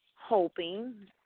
hoping